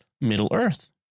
Middle-Earth